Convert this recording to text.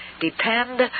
Depend